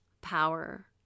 power